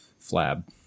flab